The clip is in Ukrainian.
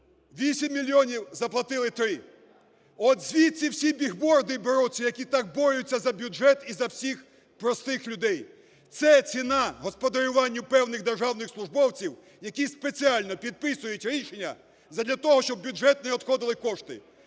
8 мільйонів – заплатили 3. От звідси всі ці бігборди беруться, які так борються за бюджет і за всіх простих людей. Це ціна господарювання певних державних службовців, які спеціально підписують рішення задля того, щоб у бюджет не відходили кошти.